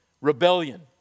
rebellion